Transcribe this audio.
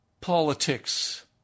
politics